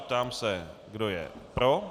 Ptám se, kdo je pro.